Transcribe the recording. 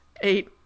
eight